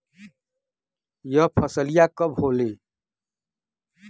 यह फसलिया कब होले?